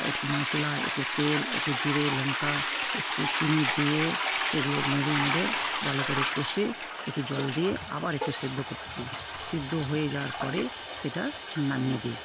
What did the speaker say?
একটু মশলা একটু তেল একটু জিরে লংকা একটু চিনি দিয়ে সেগুলো নেড়ে নেড়ে ভালো করে কষে একটু জল দিয়ে আবার একটু সেদ্ধ করতে দি সেদ্ধ হয়ে যাওয়ার পরে সেটা নামিয়ে দি